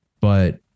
But-